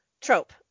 trope